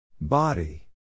Body